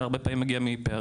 הרבה פעמים מגיע מפערים,